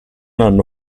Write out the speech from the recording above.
hanno